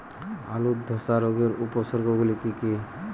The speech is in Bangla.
আলুর ধসা রোগের উপসর্গগুলি কি কি?